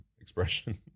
Expression